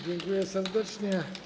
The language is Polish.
Dziękuję serdecznie.